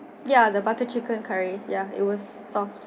ya the butter chicken curry ya it was